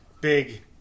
big